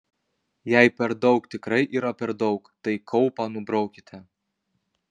jei per daug tikrai yra per daug tai kaupą nubraukite